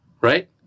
Right